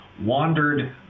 wandered